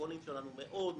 הפרוטוקולים שלנו מאוד מפורטים.